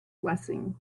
blessing